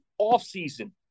offseason